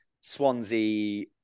Swansea